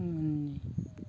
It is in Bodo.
मोननि